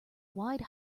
wide